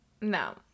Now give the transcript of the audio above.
No